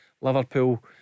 Liverpool